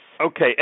Okay